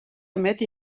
emet